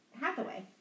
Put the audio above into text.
Hathaway